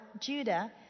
Judah